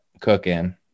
cooking